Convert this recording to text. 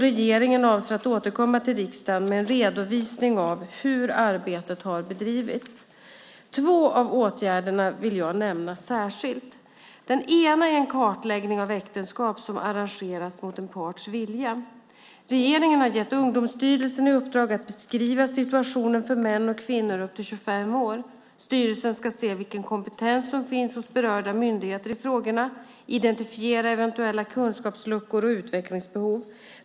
Regeringen avser att återkomma till riksdagen med en redovisning av hur arbetet har bedrivits. Två av de här åtgärderna vill jag nämna särskilt. Den ena är en kartläggning av äktenskap som arrangeras mot en parts vilja. Regeringen har gett Ungdomsstyrelsen i uppdrag att beskriva situationen för män och kvinnor upp till 25 år. Styrelsen ska se vilken kompetens som finns hos berörda myndigheter i frågorna och identifiera eventuella kunskapsluckor och utvecklingsbehov.